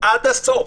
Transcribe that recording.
עד הסוף.